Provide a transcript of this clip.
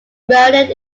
murdered